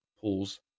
pools